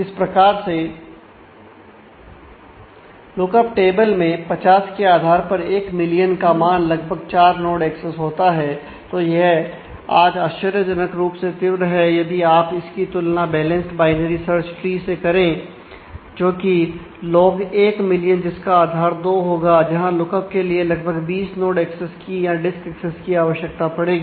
इस प्रकार से लुकअप टेबल से करें जोकि लोग 1 मिलियन जिसका आधार दो होगा जहां लुक अप के लिए लगभग 20 नोड एक्सेस की या डिस्क एक्सेस की आवश्यकता पड़ेगी